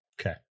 Okay